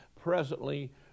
presently